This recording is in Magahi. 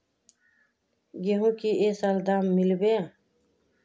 गेंहू की ये साल दाम मिलबे बे?